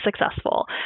successful